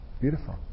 Beautiful